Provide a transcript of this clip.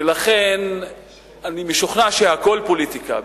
ולכן אני משוכנע שהכול פוליטיקה.